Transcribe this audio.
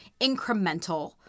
incremental-